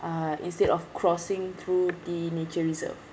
uh instead of crossing through the nature reserve